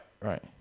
right